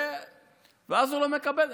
ואז הוא לא מקבל.